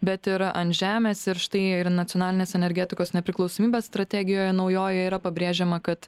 bet yra ant žemės ir štai ir nacionalinės energetikos nepriklausomybės strategijoje naujojoje yra pabrėžiama kad